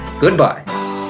Goodbye